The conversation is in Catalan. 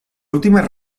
últimes